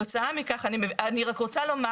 אני רק רוצה לומר